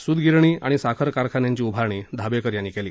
सूतगिरणी आणि साखर कारखान्यांची उभारणी धाबेकर यांनी केली